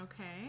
okay